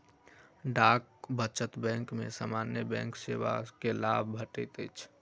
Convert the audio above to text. डाक बचत बैंक में सामान्य बैंक सेवा के लाभ भेटैत अछि